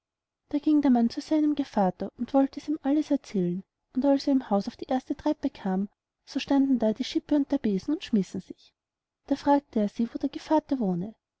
da ging der mann zu seinem gevatter und wollte es ihm alles erzählen und als er im haus auf die erste treppe kam so standen da die schippe und der besen und schmissen sich da fragte er sie wo der gevatter wohne